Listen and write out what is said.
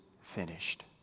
finished